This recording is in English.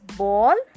ball